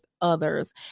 others